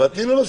תני לו.